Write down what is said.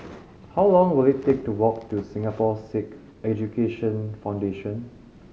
how long will it take to walk to Singapore Sikh Education Foundation